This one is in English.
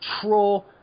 troll